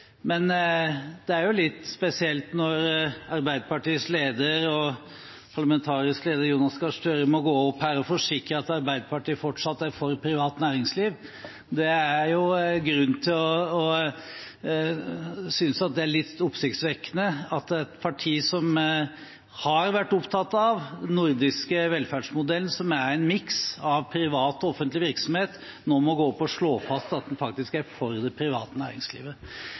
men det er litt spesielt når Arbeiderpartiets leder og parlamentariske leder Jonas Gahr Støre må gå opp her og forsikre at Arbeiderpartiet fortsatt er for privat næringsliv. Det er grunn til å synes at det er litt oppsiktsvekkende at et parti som har vært opptatt av den nordiske velferdsmodellen, som er en miks av privat og offentlig virksomhet, nå må gå opp og slå fast at man faktisk er for det private næringslivet.